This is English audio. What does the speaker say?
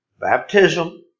baptism